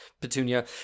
Petunia